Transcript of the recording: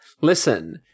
Listen